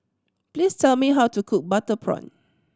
please tell me how to cook butter prawn